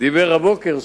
דיבר הבוקר.